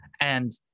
And-